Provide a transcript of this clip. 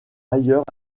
ailleurs